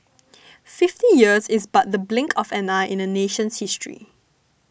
fifty years is but the blink of an eye in a nation's history